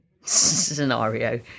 scenario